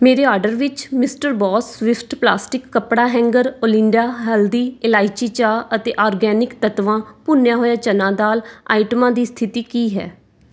ਮੇਰੇ ਆਰਡਰ ਵਿੱਚ mister boss swift plastic ਕੱਪੜਾ ਹੈਂਗਰ ਓਲਿੰਡਾ ਹੈਲਦੀ ਇਲਾਇਚੀ ਚਾਹ ਅਤੇ ਆਰਗੈਨਿਕ ਤੱਤਵਾ ਭੁੰਨਿਆ ਹੋਇਆ ਚਨਾ ਦਾਲ ਆਈਟਮਾਂ ਦੀ ਸਥਿਤੀ ਕੀ ਹੈ